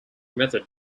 method